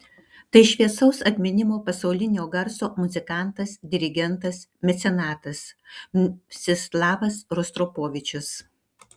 tai šviesaus atminimo pasaulinio garso muzikantas dirigentas mecenatas mstislavas rostropovičius